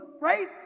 right